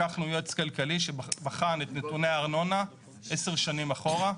לקחנו יועץ כלכלי שבחן את נתוני הארנונה עשר שנים אחורה.